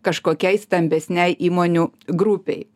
kažkokiai stambesnei įmonių grupei